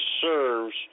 serves